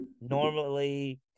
Normally